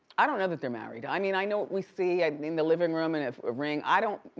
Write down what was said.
i don't know that they're married. i i mean, i know what we see, i mean, the living room and have the ring. i don't,